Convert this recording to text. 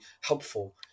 helpful